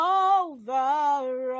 over